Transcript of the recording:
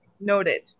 Noted